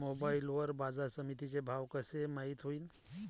Mobile वर बाजारसमिती चे भाव कशे माईत होईन?